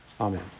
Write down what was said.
Amen